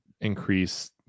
increase